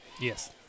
Yes